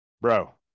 bro